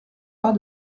pas